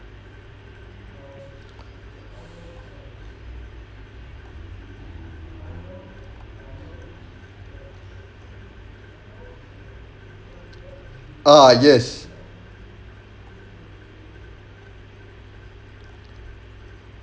ah yes